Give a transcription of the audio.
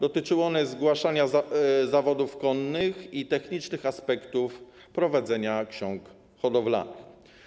Dotyczyły one zgłaszania zawodów konnych i technicznych aspektów prowadzenia ksiąg hodowlanych.